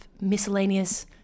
miscellaneous